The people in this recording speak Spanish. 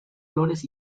flores